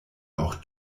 auch